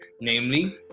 namely